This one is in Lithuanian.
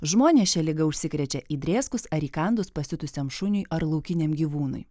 žmonės šia liga užsikrečia įdrėskus ar įkandus pasiutusiam šuniui ar laukiniam gyvūnui